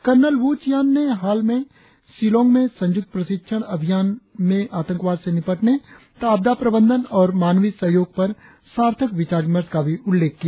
colonel Wu Qian ने हाल में शिलॉग में संयुक्त प्रशिक्षण अभियास में आतंकवाद से निपटने तथा आपदा प्रबंधन और मानवीय सहयोग पर सार्थक विचार विमर्श का भी उल्लेख किया